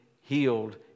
healed